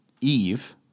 Eve